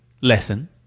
lesson